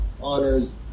honors